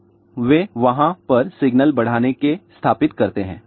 तो वे वहाँ पर सिग्नल बढ़ाने के स्थापित करते हैं